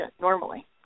normally